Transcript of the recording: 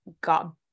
got